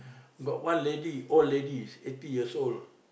got one lady old ladies eighty years old